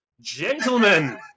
Gentlemen